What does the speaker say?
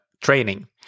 training